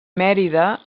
mérida